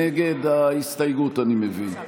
נגד ההסתייגות, אני מבין.